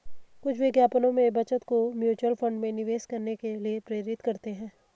कुछ विज्ञापनों में बचत को म्यूचुअल फंड में निवेश करने के लिए प्रेरित करते हैं